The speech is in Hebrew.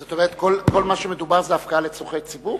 זאת אומרת, כל מה שמדובר זה הפקעה לצורכי ציבור?